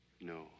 No